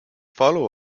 follow